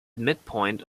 midpoint